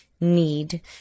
need